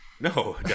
No